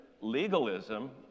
legalism